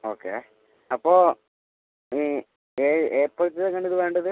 okay അപ്പം എപ്പോഴത്തേക്കാണ് ഇത് വേണ്ടത്